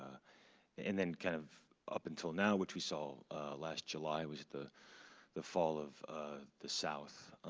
and then kind of up until now, which we saw last july was the the fall of the south.